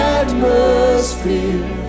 atmosphere